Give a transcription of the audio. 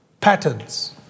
patterns